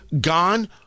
gone